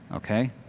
okay?